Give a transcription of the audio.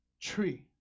tree